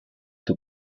two